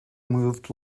moved